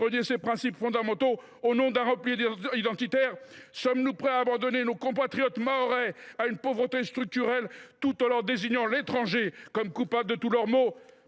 renier ses principes fondamentaux au nom du repli identitaire ? Sommes nous prêts à abandonner nos compatriotes mahorais à une pauvreté structurelle, tout en leur désignant l’étranger comme coupable de tous leurs maux ?